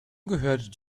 gehört